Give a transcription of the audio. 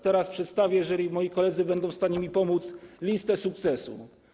Teraz przedstawię, jeżeli moi koledzy będą w stanie mi pomóc, listę sukcesów.